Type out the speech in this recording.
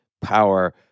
power